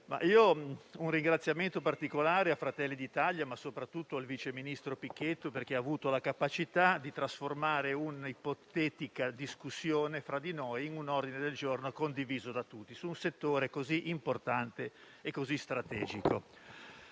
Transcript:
un ringraziamento particolare a Fratelli d'Italia, ma soprattutto al sottosegretario Pichetto Fratin, perché ha avuto la capacità di trasformare un'ipotetica discussione fra di noi in un ordine del giorno condiviso da tutti su un settore così importante e strategico.